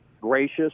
gracious